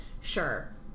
sure